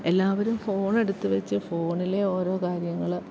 എല്ലാവരും ഫോണെടുത്ത് വെച്ച് ഫോണിലെ ഓരോ കാര്യങ്ങള്